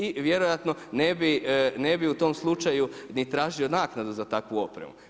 I vjerojatno ne bi u tom slučaju ni tražio naknadu za takvu opremu.